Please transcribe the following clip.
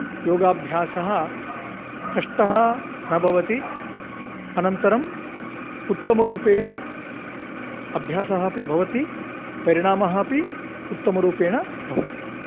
योगाभ्यसः कष्टः न भवति अनन्तरं उत्तमरूपेण अभ्यासः अपि भवति परिणामः अपि उत्तमरूपेण भवति